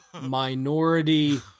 minority